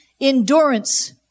endurance